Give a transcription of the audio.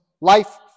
life